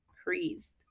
increased